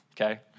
okay